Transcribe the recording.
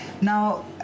Now